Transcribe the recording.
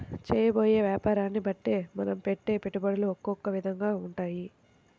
చేయబోయే యాపారాన్ని బట్టే మనం పెట్టే పెట్టుబడులు ఒకొక్క విధంగా ఉంటాయి